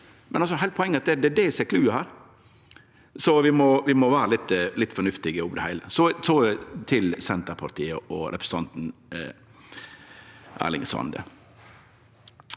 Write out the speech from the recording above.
Heile poenget er at det er det som er «cluet». Vi må vere fornuftige oppi det heile. Så til Senterpartiet og representanten Erling Sande.